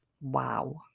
Wow